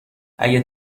اگه